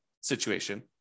situation